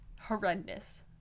Horrendous